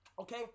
okay